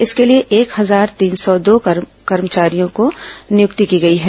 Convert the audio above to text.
इसके लिए एक हजार तीन सौ दो कर्मचारियों की नियक्ति की गई है